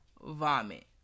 vomit